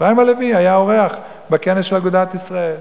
אפרים הלוי היה אורח בכנס של אגודת ישראל.